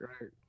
right